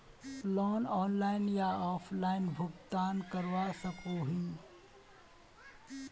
Loan online या offline भुगतान करवा सकोहो ही?